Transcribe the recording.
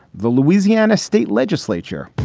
the louisiana state legislature.